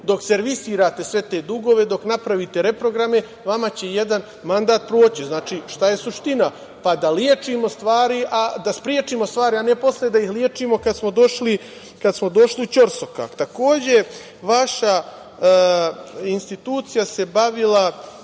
Dok servisirate sve te dugove, dok napravite reprograme, vama će jedan mandat proći. Šta je suština? Da sprečimo stvari, a ne posle da ih lečimo kada smo došli u ćorsokak. Takođe, vaša institucija se bavila